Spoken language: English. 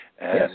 Yes